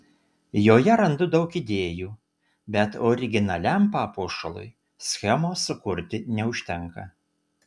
joje randu daug idėjų bet originaliam papuošalui schemos sukurti neužtenka